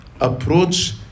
approach